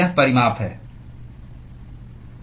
यह परिमाप है